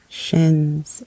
shins